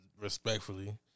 respectfully